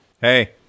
Hey